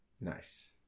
nice